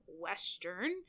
western